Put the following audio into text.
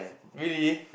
really